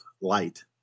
light